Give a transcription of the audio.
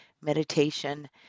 meditation